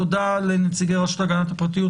תודה לנציגי הרשות להגנת הפרטיות,